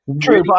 true